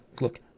Look